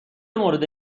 مورد